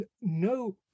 no